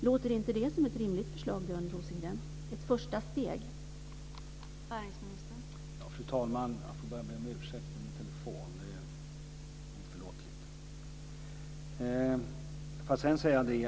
Låter inte det som ett rimligt förslag och som ett första steg, Björn Rosengren?